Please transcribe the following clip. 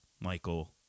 Michael